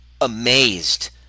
amazed